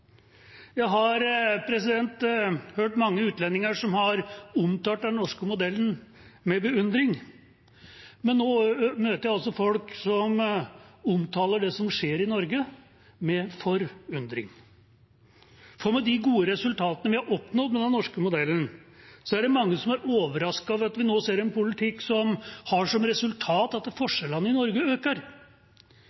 hørt mange utlendinger som har omtalt den norske modellen med beundring, men nå møter jeg altså folk som omtaler det som skjer i Norge, med forundring. For med de gode resultatene vi har oppnådd med den norske modellen, er det mange som er overrasket over at vi nå ser en politikk som har som resultat at